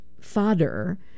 fodder